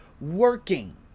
working